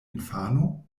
infano